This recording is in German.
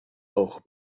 auch